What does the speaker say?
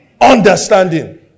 understanding